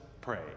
pray